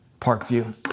Parkview